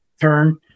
turn